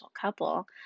couple